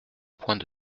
point